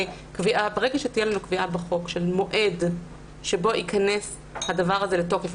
ברגע שתהיה לנו קביעה בחוק של מועד שבו ייכנס הדבר לתוקף,